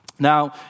Now